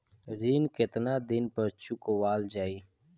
ऋण केतना दिन पर चुकवाल जाइ?